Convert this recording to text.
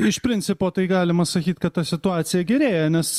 iš principo tai galima sakyt kad ta situacija gerėja nes